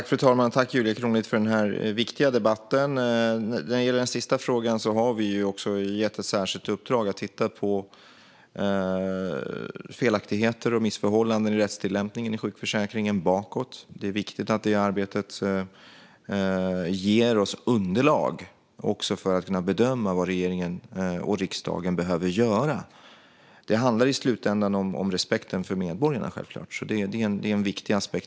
Fru talman! Jag tackar Julia Kronlid för denna viktiga debatt. När det gäller den sista frågan har vi gett ett särskilt uppdrag om att man ska titta på felaktigheter och missförhållanden i rättstillämpningen i fråga om sjukförsäkringen bakåt i tiden. Det är viktigt att detta arbete ger oss underlag för att vi ska kunna bedöma vad regeringen och riksdagen behöver göra. Det handlar självklart i slutändan om respekten för medborgarna. Det är en viktig aspekt.